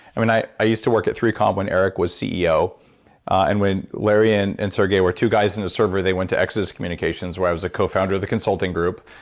i mean i i used to work at three com when eric was ceo and when larry and sergey were two guys in the server, they went to exo communications where i was a co-founder of the consulting group.